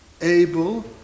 able